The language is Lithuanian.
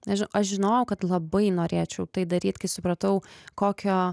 nežinau aš žinojau kad labai norėčiau tai daryti kai supratau kokio